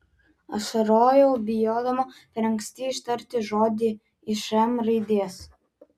ašarojau bijodama per anksti ištarti žodį iš m raidės